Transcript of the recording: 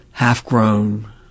half-grown